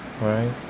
right